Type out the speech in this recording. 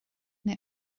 neu